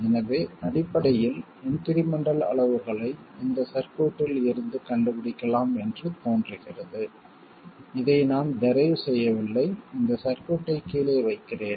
எனவே அடிப்படையில் இன்க்ரிமென்ட்டல் அளவுகளை இந்த சர்க்யூட்டில் இருந்து கண்டுபிடிக்கலாம் என்று தோன்றுகிறது இதை நான் டெரைவ் செய்யவில்லை இந்த சர்க்யூட்டை கீழே வைக்கிறேன்